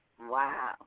Wow